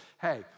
hey